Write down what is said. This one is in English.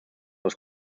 was